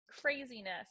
Craziness